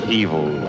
evil